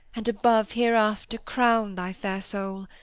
and above hereafter crown thy fair soul